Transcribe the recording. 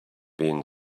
been